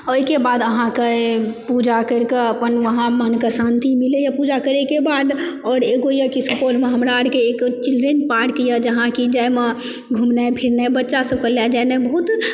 ओहिके बाद अहाँ कऽ पूजा करिके अपन वहाँ मन कऽ शांति मिलैए पूजा करैके बाद आओर एगो यऽ कि सुपौलमे हमरा आरके एगो चिल्ड्रेन पार्क यऽ जहाँ कि जाइमे घुमनाइ फिरनाइ बच्चा सबकेँ लए जाइमे बहुत अच्छा